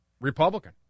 Republican